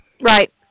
Right